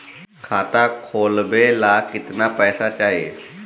खाता खोलबे ला कितना पैसा चाही?